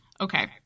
Okay